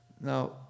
Now